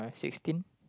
sixteen